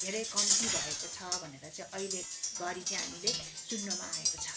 धेरै कम्ती भएको छ भनेर चाहिँ अहिले घरि चाहिँ हामीले सुन्नमा आएको छ